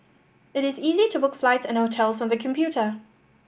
it is easy to book flights and hotels on the computer